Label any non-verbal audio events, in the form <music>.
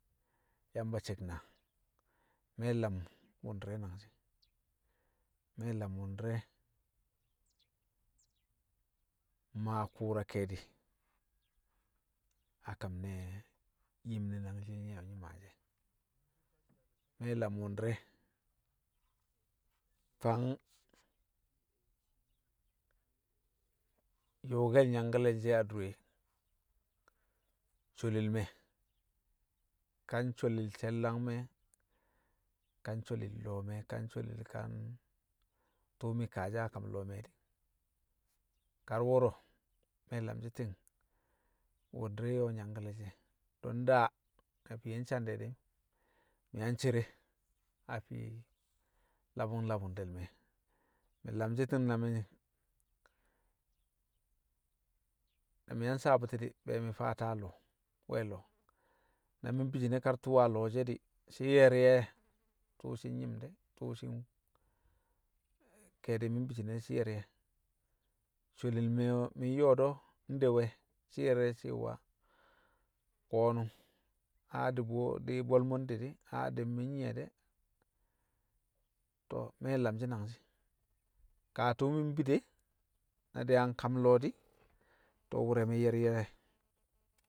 Yamba cek naa. Me̱ lam wṵndi̱re̱ nangshi̱, me̱ lam wṵndi̱re̱ maa kṵṵra ke̱e̱di̱ a kam ne̱ yim ne nangji̱l nye nyi̱ maashi̱ e̱, me̱ lam wṵndi̱re̱ fang yo̱o̱ke̱l nyangkale̱l she̱ adure sholil me̱ ka nsholil she̱l- dangme̱, ka nsholil lo̱o̱ me̱ ka sholil ka ntṵṵ mi̱ kaashi̱ a kam lo̱o̱ me̱ di̱, kar wo̱ro̱ me̱ lamshi̱ ti̱ng wṵndi̱re̱ yo̱o̱ yangkale̱l she̱ don daa na fiye nsan de̱ di̱ mi̱ yang cere a fii labu̱ng labu̱ng de̱ le̱ me̱. Mi̱ nlamshi̱ ti̱ng na mi̱, na mi̱ yang saabṵti̱ di̱, be̱e̱ mi̱ faa ta lo̱o̱, nwe̱ lo̱o̱. Na mi̱ mbi shi̱ne̱ kar tṵṵ a lo̱o̱ she̱ di̱ shi̱ ye̱r ye̱ tṵṵ shi̱ nyi̱m de̱, tu̱u̱ shi̱ <hesitation> ke̱e̱du̱ mi̱ mbi shi̱ne̱ de̱ shi̱ ye̱r ye̱. Sholil me̱ o̱ mi̱ nyo̱o̱ do̱ nde we̱? Shi̱ ye̱r ye̱ cewa ko̱nṵng <hesitation> di̱ bi̱ we̱, di̱ bwe̱l mo̱ nde de̱, <hesitation> di̱ mi̱, mi̱ nyi̱ye̱ de̱. To̱, me̱ lamshi̱ nangshi̱, kaa tṵṵ mi̱ mbi de na dai a nkam lo̱o̱ di̱, to̱ wṵrre̱ me̱ ye̱r ye̱